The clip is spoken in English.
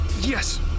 Yes